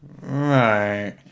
Right